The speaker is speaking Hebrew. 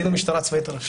קצין המשטרה הצבאית הראשי.